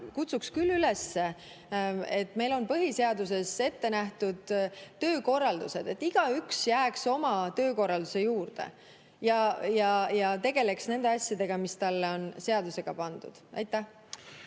kutsuks küll üles – meil on põhiseaduses ettenähtud töökorraldused –, et igaüks jääks oma töökorralduse juurde ja tegeleks nende asjadega, mis talle on seadusega pandud. Aitäh!